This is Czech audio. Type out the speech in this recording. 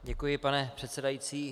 Děkuji, pane předsedající.